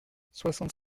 soixante